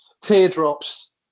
Teardrops